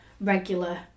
regular